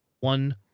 one